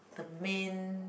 the main